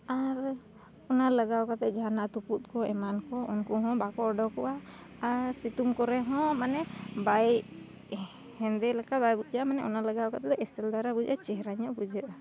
ᱟᱨ ᱚᱱᱟ ᱞᱟᱜᱟᱣ ᱠᱟᱛᱮᱫ ᱡᱟᱦᱟᱱᱟᱜ ᱛᱩᱯᱩᱫ ᱠᱚ ᱮᱢᱟᱱ ᱠᱚ ᱩᱱᱠᱩ ᱦᱚᱸ ᱵᱟᱠᱚ ᱚᱰᱚᱠᱚᱜᱼᱟ ᱟᱨ ᱥᱤᱛᱩᱝ ᱠᱚᱨᱮ ᱦᱚᱸ ᱢᱟᱱᱮ ᱵᱟᱭ ᱦᱮᱸᱫᱮ ᱞᱮᱠᱟ ᱵᱟᱭ ᱵᱩᱡᱷᱟᱹᱜᱼᱟ ᱢᱟᱱᱮ ᱚᱱᱟ ᱞᱟᱜᱟᱣ ᱠᱟᱛᱮ ᱫᱚ ᱮᱥᱮᱞ ᱫᱷᱟᱨᱟ ᱵᱩᱡᱷᱟᱹᱜᱼᱟ ᱪᱮᱦᱨᱟ ᱧᱚᱜ ᱵᱩᱡᱷᱟᱹᱜᱼᱟ